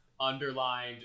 underlined